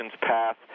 path